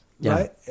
Right